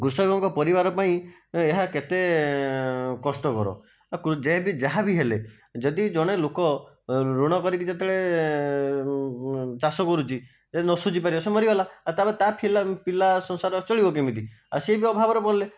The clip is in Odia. କୃଷକଙ୍କ ପରିବାର ପାଇଁ ଏହା କେତେ କଷ୍ଟକର ଏ ଯେବି ଯାହା ବି ହେଲେ ଯଦି ଜଣେ ଲୋକ ଋଣ କରିକି ଯେତେବେଳେ ଚାଷ କରୁଛି ଯଦି ନ ସୁଜି ପାରିବ ସେ ମରିଗଲା ଆଉ ତା ପରେ ତା ଫିଲା ପିଲା ସଂସାର ଚଳିବ କେମିତି ଆଉ ସେ ବି ଅଭାବରେ ବଢ଼ିଲେ